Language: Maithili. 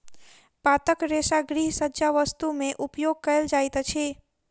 पातक रेशा गृहसज्जा वस्तु में उपयोग कयल जाइत अछि